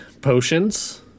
potions